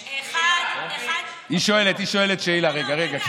אחת, שאלה, היא שואלת, היא שואלת שאלה, רגע.